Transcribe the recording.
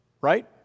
right